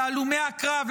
להלומי הקרב,